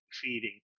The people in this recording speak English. feeding